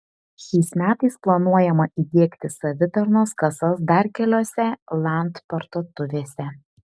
šiais metais planuojama įdiegti savitarnos kasas dar keliose land parduotuvėse